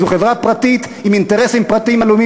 זו חברת פרטית עם אינטרסים פרטיים עלומים